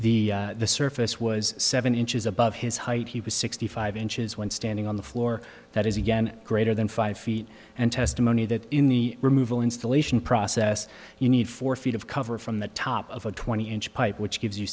the surface was seven inches above his height he was sixty five inches when standing on the floor that is again greater than five feet and testimony that in the removal installation process you need four feet of cover from the top of a twenty inch pipe which gives you